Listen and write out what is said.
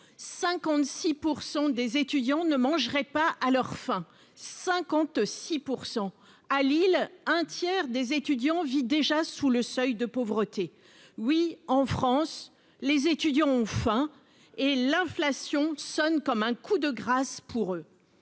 56 % des étudiants ne mangerait pas à leur faim 56 % à Lille, un tiers des étudiants vit déjà sous le seuil de pauvreté oui en France, les étudiants ont faim et l'inflation sonne comme un coup de grâce, pour eux,